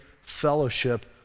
fellowship